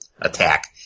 attack